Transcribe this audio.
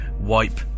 Wipe